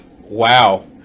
Wow